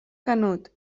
canut